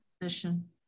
position